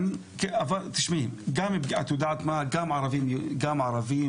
כן, אבל תשמעי, גם ערבים